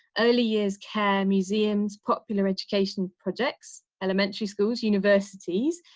early years, care museums, popular education projects, elementary schools, universities,